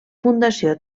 fundació